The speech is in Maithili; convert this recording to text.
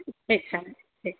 ठीक छै ठीक